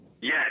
Yes